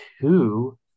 two